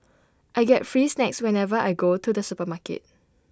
I get free snacks whenever I go to the supermarket